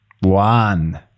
one